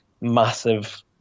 massive